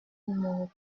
numéro